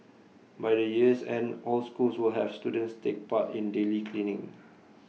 by the year's end all schools will have students take part in daily cleaning